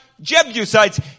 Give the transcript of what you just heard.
Jebusites